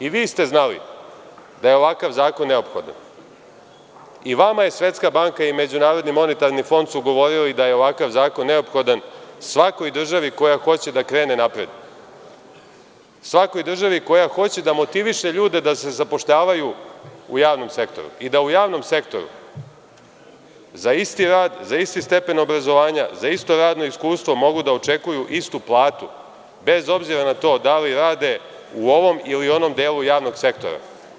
I vi ste znali da je ovakav zakon neophodan i vama su Svetska banka i MMF govorili da je ovaj zakon neophodan svakoj državi koja hoće da krene napred, svakoj državi koja hoće da motiviše ljude da se zapošljavaju u javnom sektoru i da u javnom sektoru za isti rad, za isti stepen obrazovanja, za isto radno iskustvo mogu da očekuju istu platu, bez obzira na to da li rade u ovom ili onom delu javnog sektora.